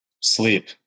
Sleep